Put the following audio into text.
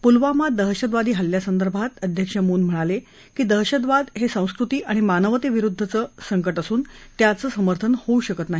पुलवामा दहशतवादी हल्ल्यासंदर्भात अध्यक्ष मून म्हणाले की दहशतवाद हे संस्कृती आणि मानवतेविरुद्धचं संकट असून त्याचं समर्थन होऊ शकत नाही